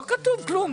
לא כתוב כלום.